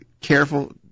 careful